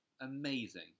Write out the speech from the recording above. amazing